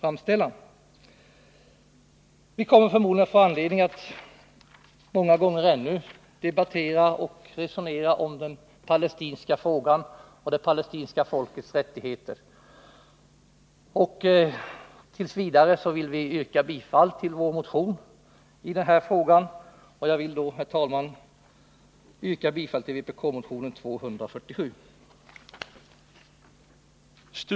Riksdagen kommer förmodligen många gånger ännu att få anledning att debattera frågan om det palestinska folkets rättigheter. För dagen nöjer jag mig med att yrka bifall till vpk-motionen 247.